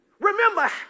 Remember